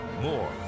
More